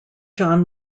john